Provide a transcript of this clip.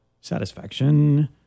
Satisfaction